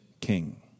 king